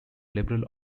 liberal